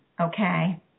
okay